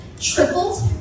tripled